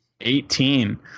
eighteen